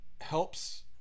helps